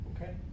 Okay